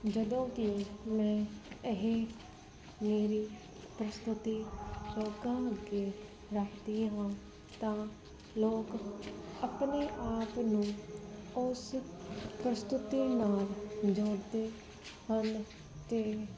ਜਦੋਂ ਕਿ ਮੈਂ ਇਹ ਮੇਰੀ ਪਰਸਤੁਤੀ ਲੋਕਾਂ ਅੱਗੇ ਰੱਖਦੀ ਹਾਂ ਤਾਂ ਲੋਕ ਆਪਣੇ ਆਪ ਨੂੰ ਉਸ ਪ੍ਰਸਤੁਤੀ ਨੂੰ ਜੋੜਦੇ ਹਨ ਅਤੇ